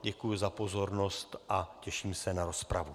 Děkuji za pozornost a těším se na rozpravu.